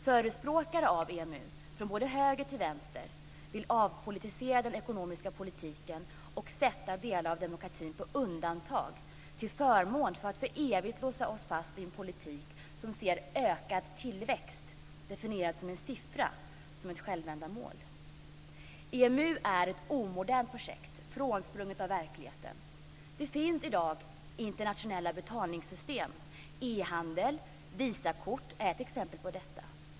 Förespråkare av EMU från höger till vänster vill avpolitisera den ekonomiska politiken och sätta delar av demokratin på undantag. Det sker till förmån för att för evigt låsa oss fast vid en politik som ser ökad tillväxt, definierat som en siffra, som ett självändamål. EMU är ett omodernt projekt, frånsprunget av verkligheten. Det finns i dag internationella betalningssystem, e-handel och Visakort. De är exempel på detta.